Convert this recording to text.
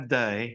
day